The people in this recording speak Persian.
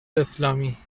اسلامی